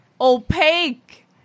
opaque